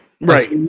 right